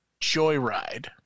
Joyride